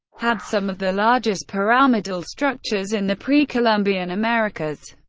had some of the largest pyramidal structures in the pre-columbian americas.